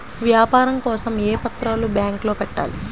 వ్యాపారం కోసం ఏ పత్రాలు బ్యాంక్లో పెట్టాలి?